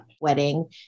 wedding